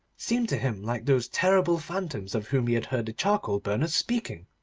seemed to him like those terrible phantoms of whom he had heard the charcoal burners speaking